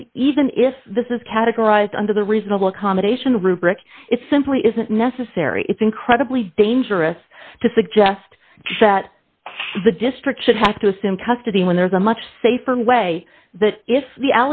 and even if this is categorized under the reasonable accommodation rubric it simply isn't necessary it's incredibly dangerous to suggest that the district should have to assume custody when there is a much safer way that if the